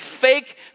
fake